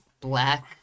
black